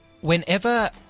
Whenever